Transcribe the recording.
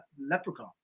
leprechaun